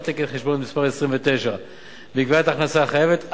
תקן חשבונאות מס' 29 בקביעת ההכנסה החייבת,